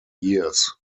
years